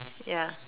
ya